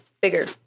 bigger